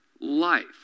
Life